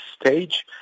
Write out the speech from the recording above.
stage